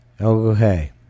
okay